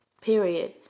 period